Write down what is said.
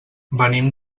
venim